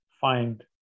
find